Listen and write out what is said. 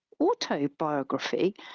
autobiography